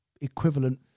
equivalent